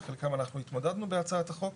עם חלקם אנחנו התמודדנו בהצעת החוק.